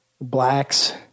Blacks